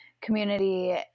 community